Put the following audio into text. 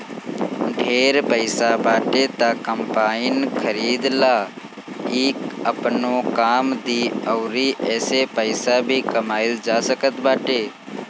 ढेर पईसा बाटे त कम्पाईन खरीद लअ इ आपनो काम दी अउरी एसे पईसा भी कमाइल जा सकत बाटे